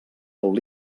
del